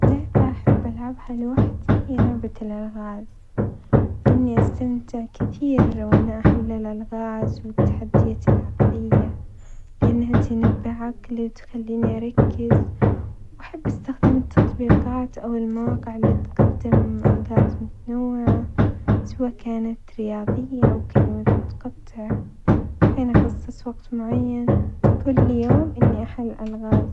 لعبة أحب ألعبها لوحدي هي لعبة الألغاز لأني أستمتع كثير وأنا أحل الألغاز والتحديات العقلية، لأنها تنبه عقلي وتخليني أركز، وأحب استخدم التطبيقات أو المواقع اللي تقدم ألغاز متنوعة سوا كانت رياظية أو كلمات متقطع وحين أخصص وقت معين كل يوم إني أحل ألغاز.